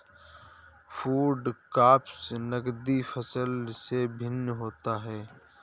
food crops नगदी फसल से भिन्न होता है